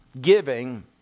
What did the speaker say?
giving